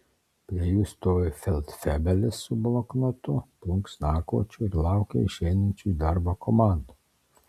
prie jų stovi feldfebelis su bloknotu plunksnakočiu ir laukia išeinančių į darbą komandų